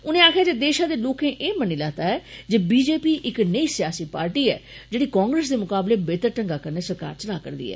उनें आक्खेआ जे देशा दे लोकें ए मनी लैता ऐ जे बी जे पी इक नेई सियासी पार्टी ऐ जेड़ी कांग्रेस दे मुकाबले बेहतर ढंगे कन्नै सरकार चला'रदी ऐ